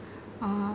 (uh huh)